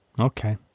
Okay